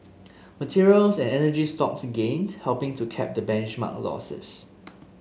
materials and energy stocks gained helping to cap the benchmark's losses